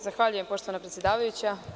Zahvaljujem, poštovana predsedavajuća.